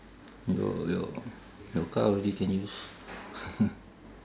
your your your car only can use